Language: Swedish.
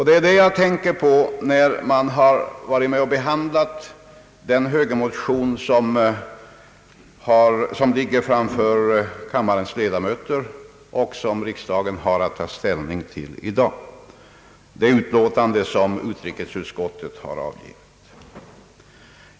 Det är det jag tänker på efter att ha varit med om att behandla den högermotion som ligger framför kammarens ledamöter i det utlåtande som utrikesutskottet har avgivit och som riksdagen har att ta ställning till i dag.